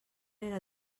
era